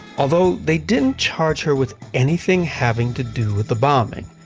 although they didn't charge her with anything having to do with the bombing,